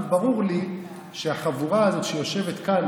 אבל ברור לי שהחבורה הזאת שיושבת כאן,